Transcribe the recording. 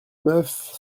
neuf